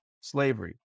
slavery